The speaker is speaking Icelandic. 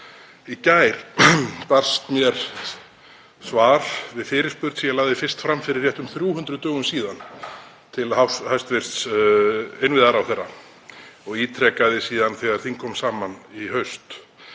Í gær barst mér svar við fyrirspurn sem ég lagði fyrst fram fyrir réttum 300 dögum síðan til hæstv. innviðaráðherra og ítrekaði síðan þegar þing kom saman í haust,